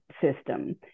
system